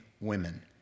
women